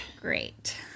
Great